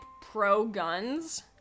pro-guns